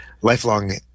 lifelong